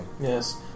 Yes